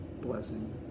blessing